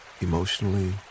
emotionally